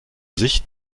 sicht